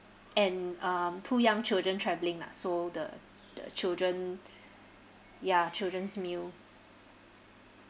and um two young children traveling lah so the the children ya children's meal